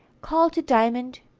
called to diamond,